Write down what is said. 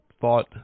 thought